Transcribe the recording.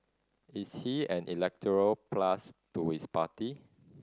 is he an electoral plus to his party